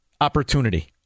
opportunity